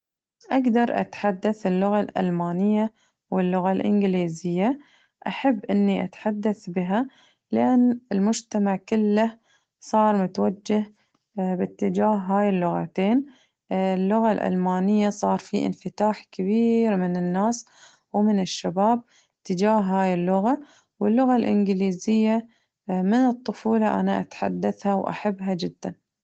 أقدر أتحدث اللغة الألمانية واللغة الإنجليزية أحب إني أتحدث بها لأن المجتمع كله صار متوجه باتجاه هاي اللغتين اللغة الألمانية صار في انفتاح كبير من الناس ومن الشباب تجاه هاي اللغة، واللغة الإنجليزية من الطفولة وأنا أتحدثها وأحبها جداً.